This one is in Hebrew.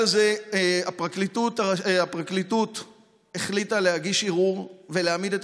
הפרקליטות החליטה להגיש ערעור ולהעמיד את